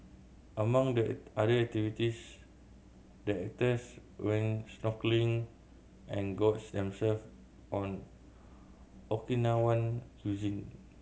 among the other activities the actors went snorkelling and gorged them self on Okinawan cuisine